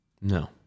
No